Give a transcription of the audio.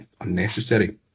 unnecessary